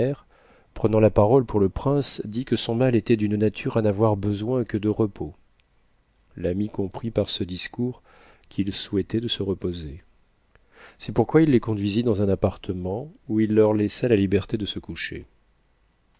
prenant la parole pour le prince dit que son mal était d'une nature à n'avoir besoin que de repos l'ami comprit par ce discours qu'ils souhaitaient de se reposer c'est xourquoi il les conduisit dans un appartement où il leur laissa la liberté de se coucher